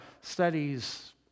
studies